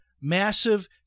massive